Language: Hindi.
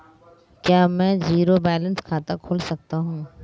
क्या मैं ज़ीरो बैलेंस खाता खोल सकता हूँ?